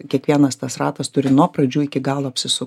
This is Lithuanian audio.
kiekvienas tas ratas turi nuo pradžių iki galo apsisu